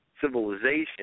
civilization